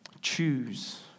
choose